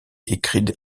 écrit